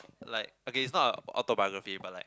like okay it's not a autobiography but like